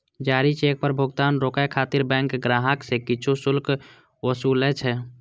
जारी चेक पर भुगतान रोकै खातिर बैंक ग्राहक सं किछु शुल्क ओसूलै छै